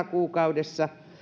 kuukaudessa